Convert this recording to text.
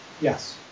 Yes